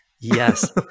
Yes